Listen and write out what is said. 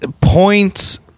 points